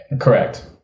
Correct